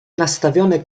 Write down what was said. nastawione